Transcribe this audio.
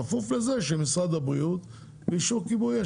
כפוף לזה של משרד הבריאות ואישור כיבוי אש.